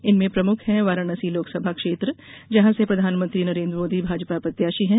इनमें प्रमुख हैं वाराणसी लोकसभा क्षेत्र से प्रधानमंत्री नरेन्द्र मोदी भाजपा प्रत्याशी हैं